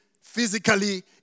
physically